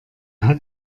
hat